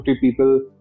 people